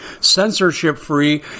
censorship-free